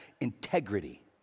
integrity